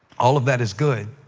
all of that is good,